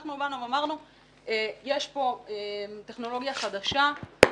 אנחנו באנו ואמרנו שיש כאן טכנולוגיה חדשה,